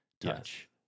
touch